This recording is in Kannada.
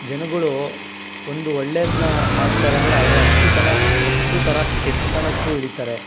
ಜನಗಳು ಒಂದು ಒಳ್ಳೇದನ್ನು ಮಾಡ್ತಾರೆ ಅಂದರೆ ಅದರಲ್ಲಿ ಹತ್ತು ತನ ಹತ್ತು ಥರ ಕೆಟ್ಟತನಕ್ಕೂ ಇಳಿತಾರೆ